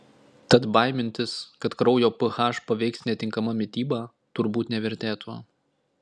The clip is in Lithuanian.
tad baimintis kad kraujo ph paveiks netinkama mityba turbūt nevertėtų